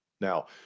Now